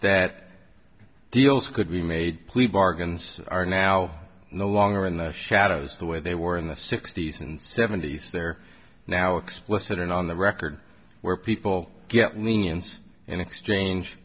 that deals could be made plea bargains are now no longer in the shadows the way they were in the sixty's and seventy's they're now explicit and on the record where people get lenience in exchange